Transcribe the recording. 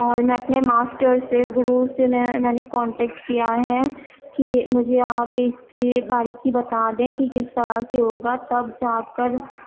اور میں اپنے ماسٹر سے گرو سے میں میں نے کانٹیکٹ کیا ہے کہ مجھے آپ اس کی باریکی بتا دیں کہ کس طرح سے ہوگا تب جا کر